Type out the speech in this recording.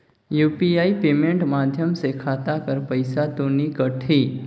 UPI payment माध्यम से खाता कर पइसा तो नी कटही?